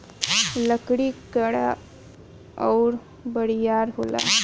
लकड़ी कड़ा अउर बरियार होला